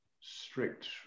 strict